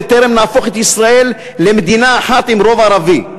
בטרם נהפוך את ישראל למדינה אחת עם רוב ערבי.